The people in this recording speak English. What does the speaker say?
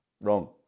Wrong